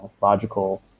logical